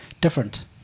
different